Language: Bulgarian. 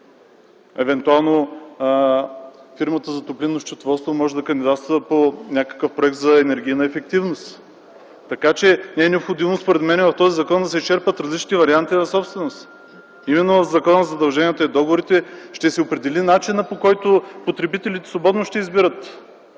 Евентуално, фирмата за топлинно счетоводство може да кандидатства по някакъв проект за енергийна ефективност, така че не е необходимо според мен в този закон да се изчерпят различни варианти на собственост. Именно в Закона за задълженията и договорите ще се определи начинът, по който потребителите свободно ще избират